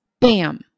bam